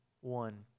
one